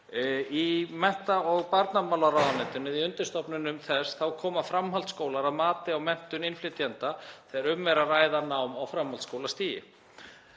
Í mennta- og barnamálaráðuneytinu eða undirstofnunum þess koma framhaldsskólar að mati á menntun innflytjenda þegar um er að ræða nám á framhaldsskólastigi.